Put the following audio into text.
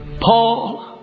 Paul